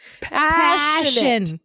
Passion